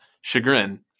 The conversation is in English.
chagrin